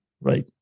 Right